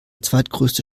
zweitgrößte